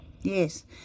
Yes